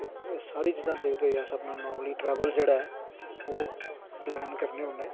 एह् सारी चीजां दिखदे होई नार्मली ट्रैवल जेह्ड़ा ऐ ओह् पलैन करने होन्ने